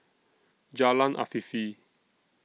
Jalan Afifi